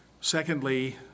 Secondly